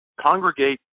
congregate